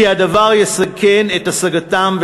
כי הדבר יסכן את השגתם.